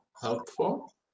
helpful